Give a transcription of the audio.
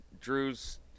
Drew's